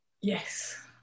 Yes